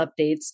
updates